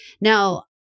Now